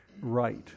right